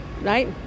right